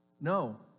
No